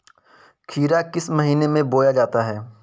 खीरा किस महीने में बोया जाता है?